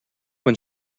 when